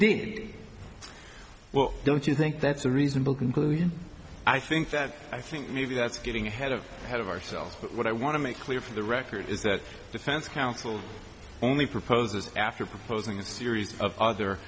did well don't you think that's a reasonable conclusion i think that i think maybe that's getting ahead of head of ourselves but what i want to make clear for the record is that defense counsel only proposes after proposing a series of other